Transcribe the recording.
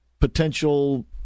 potential